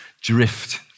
drift